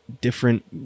different